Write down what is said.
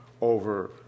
over